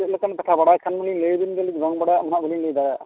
ᱪᱮᱫ ᱞᱮᱠᱟᱱ ᱠᱟᱛᱷᱟ ᱵᱟᱲᱟᱭ ᱠᱷᱟᱱ ᱫᱚᱞᱤᱧ ᱞᱟᱹᱭ ᱟᱹᱵᱤᱱ ᱜᱮᱭᱟ ᱵᱟᱝ ᱵᱟᱲᱟᱭᱟᱜ ᱫᱚᱦᱟᱜ ᱵᱟᱹᱞᱤᱧ ᱞᱟᱹᱭ ᱫᱟᱲᱮᱭᱟᱜᱼᱟ